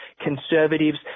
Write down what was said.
conservatives